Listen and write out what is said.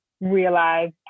realize